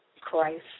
Christ